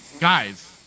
guys